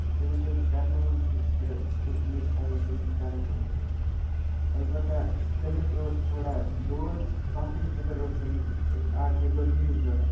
تٔمِس حظ چھِ کَرناوُن سُہ تہٕ تہِ چھِ مےٚ تہِ پَیی تٔمِس چھِ کَرناوُن سُہ البتہ تٔمِس اوس تھوڑا دود پمپِنگ خٲطرٕ اوس تٔمِس اَکھ زٕ دۄہ لیٖو ضروٗرت